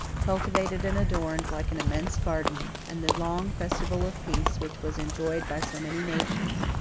cultivated and adorned like an immense garden and the long festival of peace which was enjoyed by so many nations,